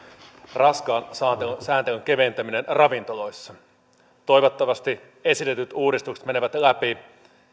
raskaan sääntelyn keventäminen ravintoloissa toivottavasti esitetyt uudistukset menevät läpi